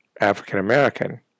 african-american